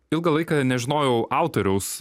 ilgą laiką nežinojau autoriaus